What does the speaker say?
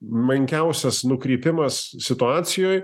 menkiausias nukrypimas situacijoj